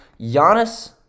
Giannis